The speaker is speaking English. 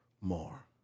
more